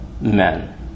men